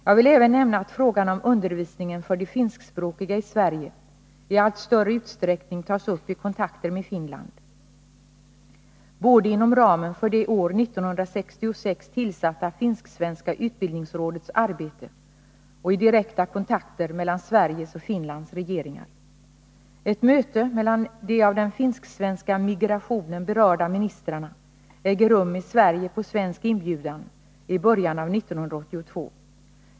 Jag vill även nämna att frågan om undervisningen för de finskspråkiga i Sverige i allt större utsträckning tas upp i kontakter med Finland, både inom ramen för det år 1966 tillsatta finsk-svenska utbildningsrådets arbete och i direkta kontakter mellan Sveriges och Finlands regeringar. Ett möte mellan de av den finsk-svenska migrationen berörda ministrarna äger rum i Sverige på svensk inbjudan i början av 1982.